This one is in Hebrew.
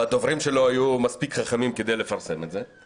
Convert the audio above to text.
והדוברים שלו היו מספיק חכמים כדי לפרסם את זה.